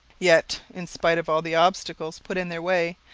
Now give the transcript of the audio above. yet, in spite of all the obstacles put in their way,